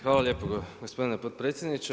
Hvala lijepo gospodine potpredsjedniče.